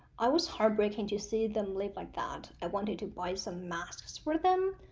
i was heart broken to see them live like that. i wanted to buy some masks for them,